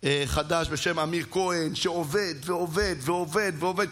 חדש בשם אמיר כהן, שעובד ועובד ועובד ועובד.